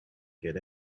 get